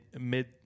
mid